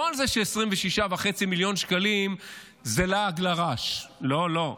לא על זה ש-26.5 מיליון שקלים זה לעג לרש, לא, לא.